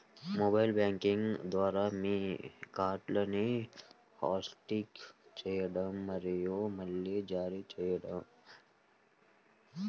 mobile banking ద్వారా మీ కార్డ్ని హాట్లిస్ట్ చేయండి మరియు మళ్లీ జారీ చేయండి